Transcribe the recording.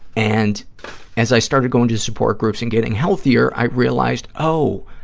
and as i started going to support groups and getting healthier, i realized, oh,